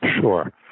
Sure